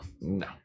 No